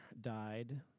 died